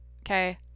Okay